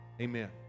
Amen